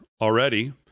already